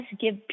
give